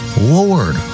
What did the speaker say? Lord